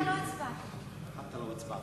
סליחה, לא הצבעתי.